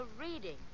reading